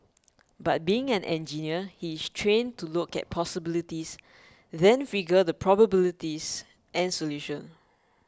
but being an engineer he is trained to look at possibilities then figure the probabilities and solutions